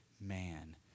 man